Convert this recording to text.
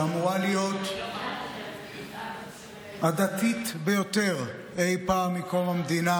שאמורה להיות הדתית ביותר אי פעם מקום המדינה,